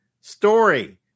story